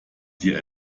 dir